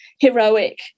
heroic